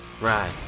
Right